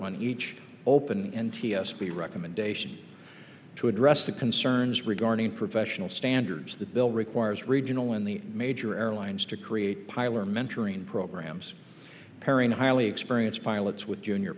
on each open n t s b recommendation to address the concerns regarding profession standards the bill requires regional in the major airlines to create piler mentoring programs pairing highly experienced pilots with junior